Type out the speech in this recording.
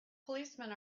policemen